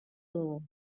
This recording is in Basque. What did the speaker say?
dugu